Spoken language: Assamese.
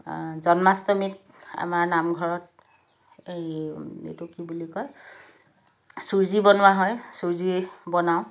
জন্মাষ্টমীত আমাৰ নামঘৰত এই এইটো কি বুলি কয় চুজি বনোৱা হয় চুজি বনাওঁ